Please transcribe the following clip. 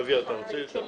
אבי, אתה רוצה להתייחס.